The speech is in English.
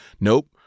nope